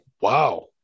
Wow